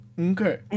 Okay